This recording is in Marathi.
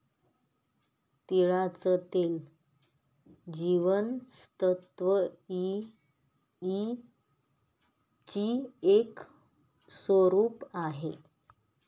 तिळाचं तेल जीवनसत्व ई च एक स्वरूप आहे